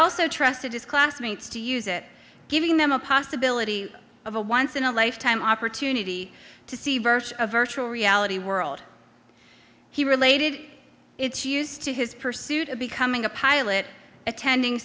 also trusted his classmates to use it giving them a possibility of a once in a lifetime opportunity to see virtue a virtual reality world he related it's used to his pursuit of becoming a pilot attending